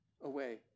away